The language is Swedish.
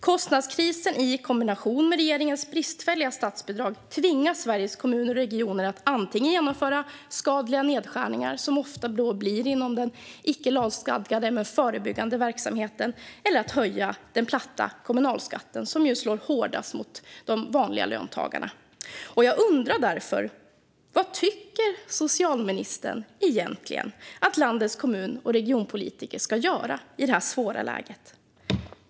Kostnadskrisen i kombination med regeringens bristfälliga statsbidrag tvingar Sveriges kommuner och regioner att antingen genomföra skadliga nedskärningar, ofta inom den icke lagstadgade men förebyggande verksamheten, eller höja den platta kommunalskatten, vilket slår hårdast mot vanliga löntagare. Jag undrar därför: Vad tycker socialministern att landets kommun och regionpolitiker ska göra i detta svåra läge?